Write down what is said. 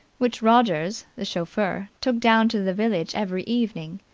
which rogers, the chauffeur, took down to the village every evening.